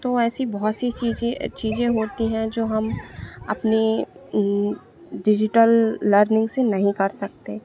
तो ऐसी बहुत सी चीज़ें चीज़ें होती हैं जो हम अपने डिजिटल लर्निंग से नहीं कर सकते